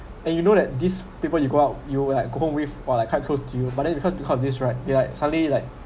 and you know that these people you go out you will like go home with while like quite close to you but then because because of this right they like suddenly like